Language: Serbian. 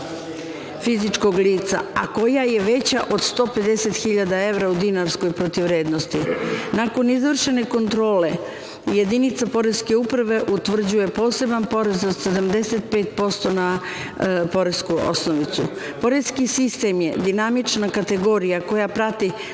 fizičkog lica, a koja je veća od 150.000 evra u dinarskoj protivvrednosti. Nakon izvršene kontrole jedinica poreske uprave utvrđuje poseban porez od 75% na poresku osnovicu. Poreski sistem je dinamična kategorija koja prati